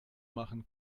machen